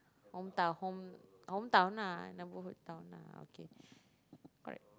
hometown home hometown ah neighbourhood town ah correct